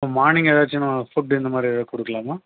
இப்போ மார்னிங் எதாச்சும் ஃபுட்டு இந்தமாதிரி எதுவும் கொடுக்கலாமா